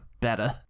better